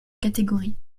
catégories